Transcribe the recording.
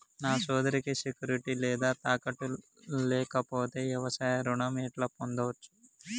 నా సోదరికి సెక్యూరిటీ లేదా తాకట్టు లేకపోతే వ్యవసాయ రుణం ఎట్లా పొందచ్చు?